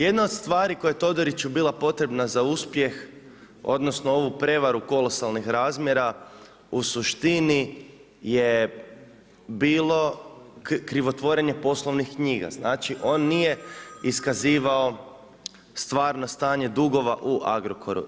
Jedna od stvari koja je Todoriću bila potrebna za uspjeh odnosno za ovu prevaru kolosalnih razmjera u suštini je bilo krivotvorenje poslovnih knjiga, znači on nije iskazivao stvarno stanje dugova u Agrokoru.